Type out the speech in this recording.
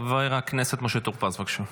חבר הכנסת משה טור פז, בבקשה.